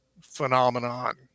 phenomenon